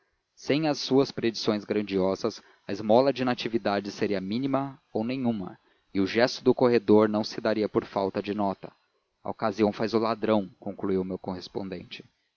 sem as suas predições grandiosas a esmola de natividade seria mínima ou nenhuma e o gesto do corredor não se daria por falta de nota a ocasião faz o ladrão conclui o meu correspondente